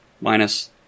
minus